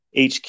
hq